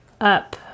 up